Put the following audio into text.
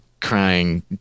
crying